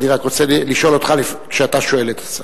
אני רק רוצה לשאול אותך כאשר אתה שואל את השר: